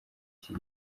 iki